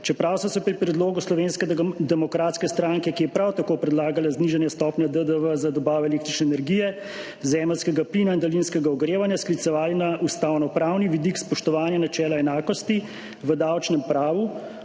čeprav so se pri predlogu Slovenske demokratske stranke, ki je prav tako predlagala znižanje stopnje DDV za dobavo električne energije, zemeljskega plina in daljinskega ogrevanja, sklicevali na ustavnopravni vidik spoštovanja načela enakosti v davčnem pravu,